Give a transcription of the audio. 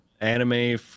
anime